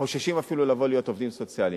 חוששים אפילו לבוא להיות עובדים סוציאליים.